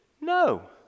no